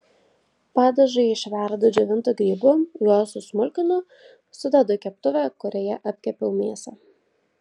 padažui išverdu džiovintų grybų juos susmulkinu sudedu į keptuvę kurioje apkepiau mėsą